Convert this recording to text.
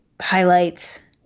highlights